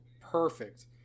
perfect